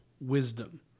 wisdom